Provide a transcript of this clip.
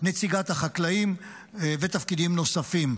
נציגת החקלאים ותפקידים נוספים.